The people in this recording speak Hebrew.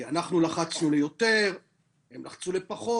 אנחנו לחצנו ליותר והם לפחות.